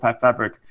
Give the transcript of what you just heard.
fabric